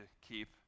keep